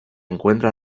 encuentra